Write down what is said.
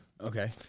Okay